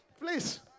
Please